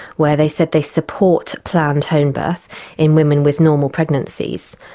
where they said they support planned homebirth in women with normal pregnancies,